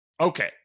Okay